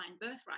birthright